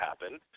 happen